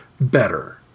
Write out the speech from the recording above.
better